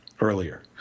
earlier